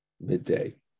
midday